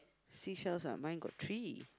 seashells ah mine got three